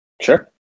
sure